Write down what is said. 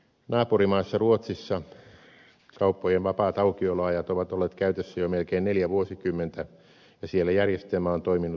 naapurimaassa ruotsissa kauppojen vapaat aukioloajat ovat olleet käytössä jo melkein neljä vuosikymmentä ja siellä järjestelmä on toiminut hyvin